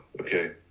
Okay